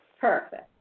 Perfect